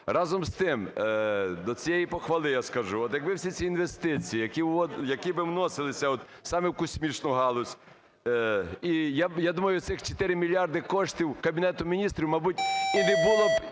Разом з тим, до цієї похвали я скажу. От якби ці всі інвестиції, які би вносилися от саме в космічну галузь, і я думаю цих 4 мільярди коштів Кабінету Міністрів, мабуть, і не було б